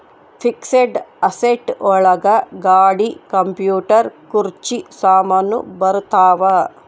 fixed asset ಒಳಗ ಗಾಡಿ computer ಕುರ್ಚಿ ಸಾಮಾನು ಬರತಾವ